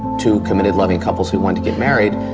two committed loving couples who wanted to get married,